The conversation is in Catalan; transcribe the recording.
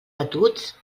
batuts